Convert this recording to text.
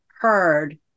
heard